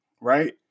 right